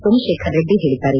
ಸೋಮಶೇಖರ ರೆಡ್ಡಿ ಹೇಳಿದ್ದಾರೆ